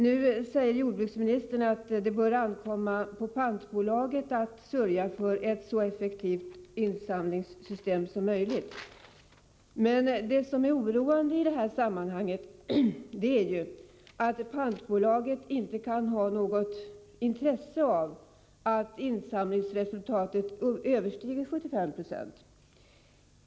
Nu säger jordbruksministern att det bör ankomma på pantbolaget att sörja för ett så effektivt insamlingssystem som möjligt. Men det oroande i detta sammanhang är att pantbolaget inte kan ha något intresse av att insamlingsresultatet överskrider 75 26.